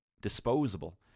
disposable